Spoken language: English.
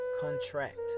Contract